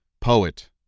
poet